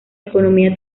economía